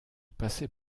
passait